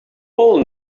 all